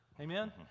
Amen